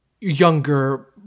younger